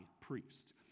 priest